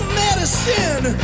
medicine